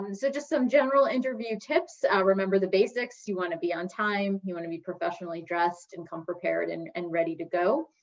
um so just some general interview tips. remember the basics, you wanna be on time, you wanna be professionally dressed and come prepared and and ready to go.